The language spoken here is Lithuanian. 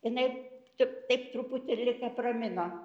jinai tik taip truputį lyg apramino